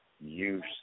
use